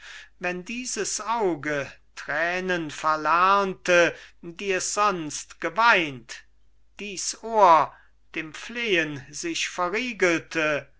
wenn dieses auge tränen verlernte die es sonst geweint dies ohr dem flehen sich verriegelte